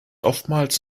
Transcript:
oftmals